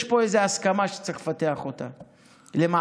יש פה איזו הסכמה שצריך לפתח אותה למעשים,